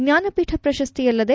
ಜ್ವಾನಪೀಠ ಪ್ರಶಸ್ತಿಯಲ್ಲದೆ